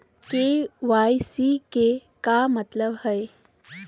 KYC के का मतलब हई?